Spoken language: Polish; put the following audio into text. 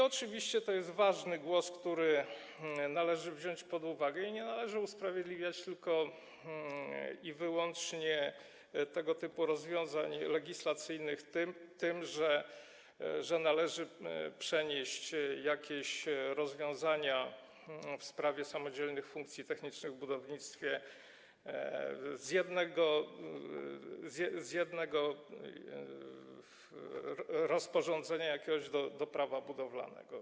Oczywiście to jest ważny głos, który należy wziąć pod uwagę, i nie należy usprawiedliwiać tylko i wyłącznie tego typu rozwiązań legislacyjnych tym, że należy przenieść jakieś rozwiązania w sprawie samodzielnych funkcji technicznych w budownictwie z jakiegoś jednego rozporządzenia do Prawa budowlanego.